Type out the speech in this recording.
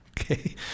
Okay